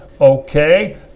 Okay